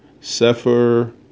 Sefer